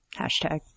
Hashtag